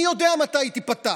מי יודע מתי היא תיפתח.